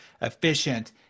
efficient